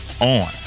on